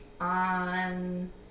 on